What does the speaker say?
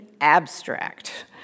abstract